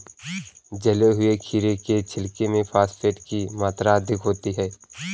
जले हुए खीरे के छिलके में फॉस्फेट की मात्रा अधिक होती है